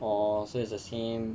orh so it's the same